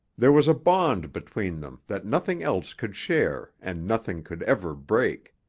there was a bond between them that nothing else could share and nothing could ever break.